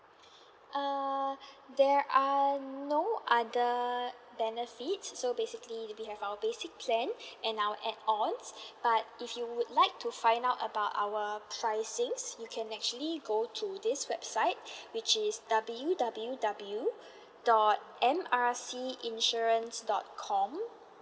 uh there are no other benefits so basically there will be our basic plan and our add ons but if you would like to find out about our pricings you can actually go to this website which is W W W dot M R C insurance dot com